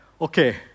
okay